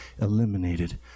eliminated